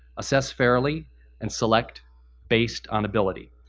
assess fairly and select based on ability.